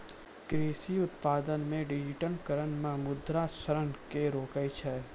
कृषि उत्पादन मे डिजिटिकरण मे मृदा क्षरण के रोकै छै